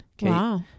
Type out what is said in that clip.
Wow